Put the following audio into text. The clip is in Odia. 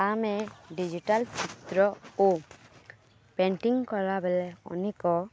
ଆମେ ଡ଼ିଜିଟାଲ୍ ଚିତ୍ର ଓ ପେଣ୍ଟିଂ କଲାବେଲେ ଅନେକ